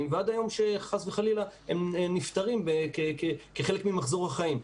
ועד היום שחס וחלילה הם נפטרים כחלק ממחזור החיים.